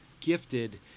gifted